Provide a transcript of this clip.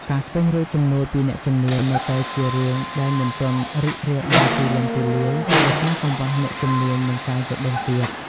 ការស្វែងរកជំនួយពីអ្នកជំនាញនៅតែជារឿងដែលមិនទាន់រីករាលដាលទូលំទូលាយដោយសារកង្វះអ្នកជំនាញនិងការយល់ដឹងទាប។